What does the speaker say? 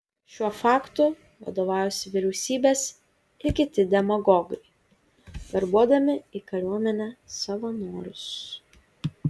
šiuo faktu vadovaujasi vyriausybės ir kiti demagogai verbuodami į kariuomenę savanorius